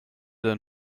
denn